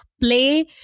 play